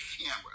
camera